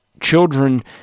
children